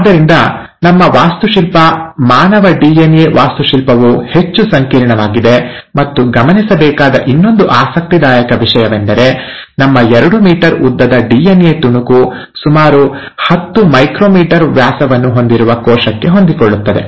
ಆದ್ದರಿಂದ ನಮ್ಮ ವಾಸ್ತುಶಿಲ್ಪ ಮಾನವ ಡಿಎನ್ಎ ವಾಸ್ತುಶಿಲ್ಪವು ಹೆಚ್ಚು ಸಂಕೀರ್ಣವಾಗಿದೆ ಮತ್ತು ಗಮನಿಸಬೇಕಾದ ಇನ್ನೊಂದು ಆಸಕ್ತಿದಾಯಕ ವಿಷಯವೆಂದರೆ ನಮ್ಮ ಎರಡು ಮೀಟರ್ ಉದ್ದದ ಡಿಎನ್ಎ ತುಣುಕು ಸುಮಾರು 10 ಮೈಕ್ರೊಮೀಟರ್ ವ್ಯಾಸವನ್ನು ಹೊಂದಿರುವ ಕೋಶಕ್ಕೆ ಹೊಂದಿಕೊಳ್ಳುತ್ತದೆ